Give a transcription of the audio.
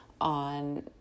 on